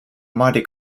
mardi